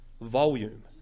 volume